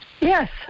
Yes